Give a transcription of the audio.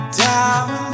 down